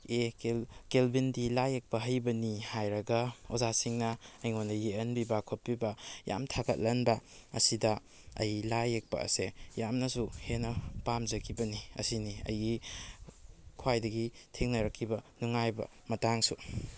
ꯑꯦ ꯀꯦꯜꯕꯤꯟꯗꯤ ꯂꯥꯏ ꯌꯦꯛꯄ ꯍꯩꯕꯅꯤ ꯍꯥꯏꯔꯒ ꯑꯣꯖꯥꯁꯤꯡꯅ ꯑꯩꯉꯣꯟꯗ ꯌꯦꯛꯍꯟꯕꯤꯕ ꯈꯣꯠꯄꯤꯕ ꯌꯥꯝ ꯊꯥꯒꯠꯍꯟꯕ ꯑꯁꯤꯗ ꯑꯩ ꯂꯥꯏ ꯌꯦꯛꯄ ꯑꯁꯦ ꯌꯥꯝꯅꯁꯨ ꯍꯦꯟꯅ ꯄꯥꯝꯖꯈꯤꯕꯅꯤ ꯑꯁꯤꯅꯤ ꯑꯩꯒꯤ ꯈ꯭ꯋꯥꯏꯗꯒꯤ ꯊꯦꯡꯅꯔꯛꯈꯤꯕ ꯅꯨꯡꯉꯥꯏꯕ ꯃꯇꯥꯡꯁꯨ